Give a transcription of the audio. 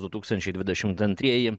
du tūkstančiai dvidešimt antrieji